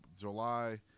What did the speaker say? july